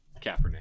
Kaepernick